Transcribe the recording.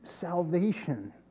salvation